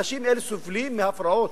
האנשים האלה סובלים מהפרעות,